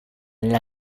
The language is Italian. nella